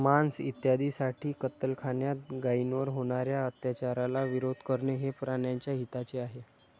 मांस इत्यादींसाठी कत्तलखान्यात गायींवर होणार्या अत्याचाराला विरोध करणे हे प्राण्याच्या हिताचे आहे